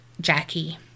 Jackie